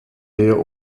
wir